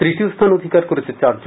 তৃতীয় স্থান অধিকার করেছে চার জন